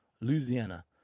Louisiana